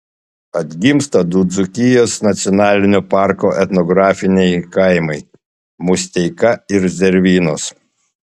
atgimsta du dzūkijos nacionalinio parko etnografiniai kaimai musteika ir zervynos